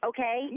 Okay